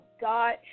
God